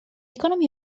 economy